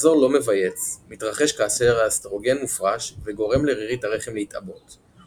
מחזור לא מבייץ מתרחש כאשר האסטרוגן מופרש וגורם לרירית הרחם להתעבות,